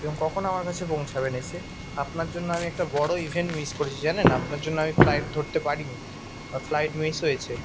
এবং কখন আমার কাছে পৌঁছাবেন এসে আপনার জন্য আমি একটা বড়ো ইভেন্ট মিস করেছি জানেন আপনার জন্য আমি ফ্লাইট ধরতে পারি নি আমার ফ্লাইট মিস হয়েছে